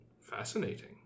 Fascinating